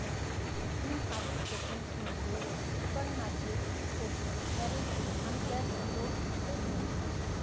तीन आर्थिक स्टेटमेंट्स म्हणजे उत्पन्नाचे स्टेटमेंट, बॅलन्सशीट आणि कॅश फ्लो स्टेटमेंट